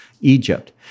Egypt